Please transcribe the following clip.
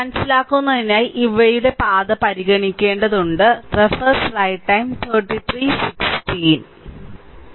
മനസ്സിലാക്കുന്നതിനായി ഇവയുടെ പാത പരിഗണിക്കേണ്ടതുണ്ട് മെഷും ലൂപ്പും തമ്മിലുള്ള വ്യത്യാസം കാണും